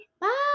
Bye